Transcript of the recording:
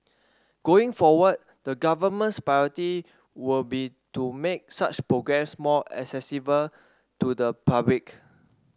going forward the government's priority will be to make such programmes more accessible to the public